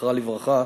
זכרה לברכה.